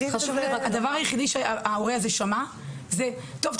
הדבר היחידי שההורה הזה שמע זה: טוב,